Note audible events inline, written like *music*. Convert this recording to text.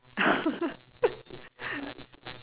*laughs*